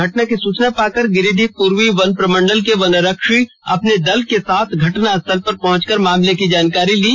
घटना की सूचना पाकर गिरीडीह पूर्वी वन प्रमंडल के वनरक्षी अपने दल के साथ घटना स्थल पहुंच कर मामले की जानकारी ली